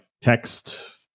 text